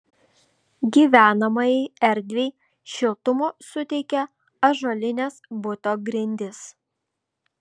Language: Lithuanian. gyvenamajai erdvei šiltumo suteikia ąžuolinės buto grindys